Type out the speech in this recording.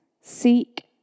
seek